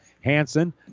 Hanson